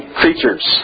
creatures